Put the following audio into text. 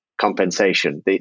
compensation